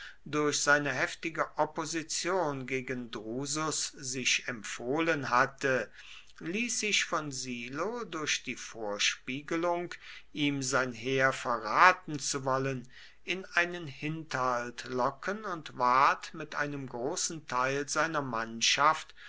durch seine heftige opposition gegen drusus sich empfohlen hatte ließ sich von silo durch die vorspiegelung ihm sein heer verraten zu wollen in einen hinterhalt locken und ward mit einem großen teil seiner mannschaft